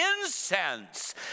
incense